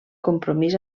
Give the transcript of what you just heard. compromís